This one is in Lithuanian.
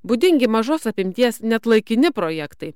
būdingi mažos apimties net laikini projektai